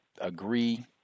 agree